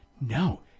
no